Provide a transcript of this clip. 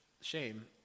shame